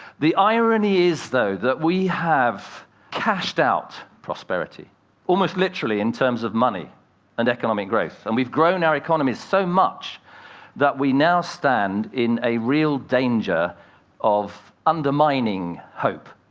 the irony is, though, that we have cashed-out prosperity almost literally in terms of money and economic growth. and we've grown our economies so much that we now stand in a real danger of undermining hope